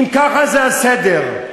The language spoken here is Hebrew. אם ככה זה הסדר,